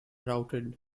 routed